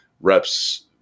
reps